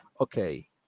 okay